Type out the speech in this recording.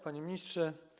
Panie Ministrze!